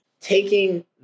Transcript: Taking